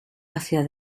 hacia